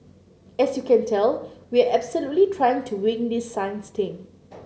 as you can tell we are absolutely trying to wing this science thing